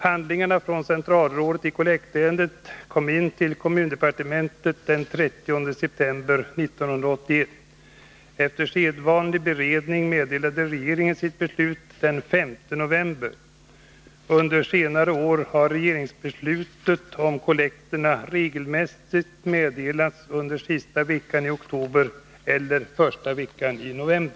Handlingarna från centralrådet i kollektärendet kom in till kommundepartementet den 30 september 1981. Efter sedvanlig beredning meddelade regeringen sitt beslut den 5 november. Under senare år har regeringsbeslutet om kollekterna regelmässigt meddelats under sista veckan i oktober eller första veckan i november.